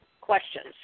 questions